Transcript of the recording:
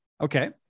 Okay